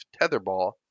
tetherball